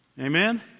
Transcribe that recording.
Amen